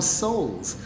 souls